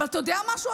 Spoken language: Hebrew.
אבל אתה יודע משהו,